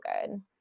good